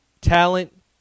talent